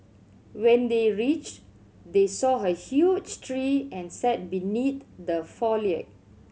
when they reached they saw a huge tree and sat beneath the foliage